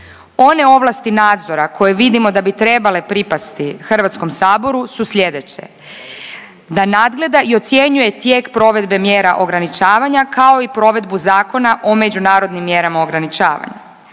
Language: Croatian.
One ovlasti nadzora koje vidimo da bi trebale pripasti Hrvatskom saboru su slijedeće. Da nadgleda i ocjenjuje tijek provedbe mjera ograničavanja kao i provedbu zakona o međunarodnim mjerama ograničavanja.